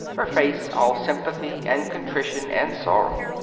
her face all sympathy and contrition and sorrow.